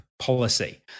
Policy